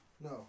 no